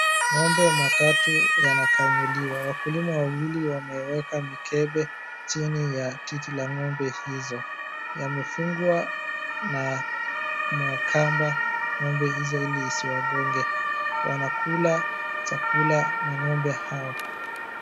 Ng'ombe matatu yanakamuliwa. Wakulima wawili wameweka mikebe chini ya titi la ng'ombe hizo. Yamefungwa na makamba. Ng'ombe hizo ili isiwagonge. Wanakula chakula mang'ombe hao.